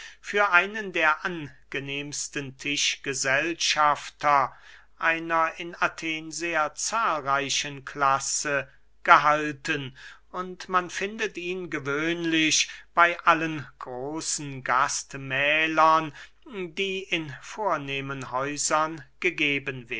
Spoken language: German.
für einen der angenehmsten tischgesellschafter einer in athen sehr zahlreichen klasse gehalten und man findet ihn gewöhnlich bey allen großen gastmählern die in vornehmern häusern gegeben